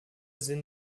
sinn